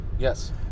Yes